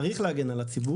צריך להגן על הציבור,